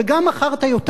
וגם מכרת יותר.